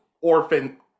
orphan